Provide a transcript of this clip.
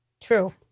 True